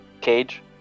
cage